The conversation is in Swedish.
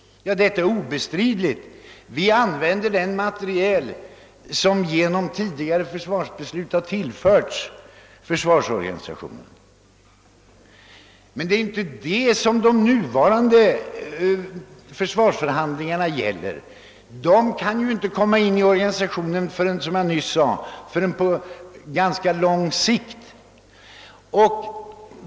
Ja, det är obestridligt. Vi använder den materiel som genom tidigare försvarsbeslut har tillförts försvarsorganisationen. Men det är inte det som de nuvarande försvarsförhandlingarna gäller. De kan inte, som jag nyss sade, påverka organisationen annat än på lång sikt.